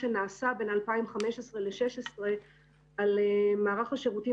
שנעשה בין 2015 ל-2016 למערך השירותים